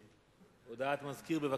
הודעת המזכיר, בבקשה.